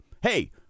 Hey